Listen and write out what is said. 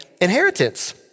inheritance